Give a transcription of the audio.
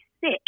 sick